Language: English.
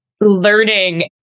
learning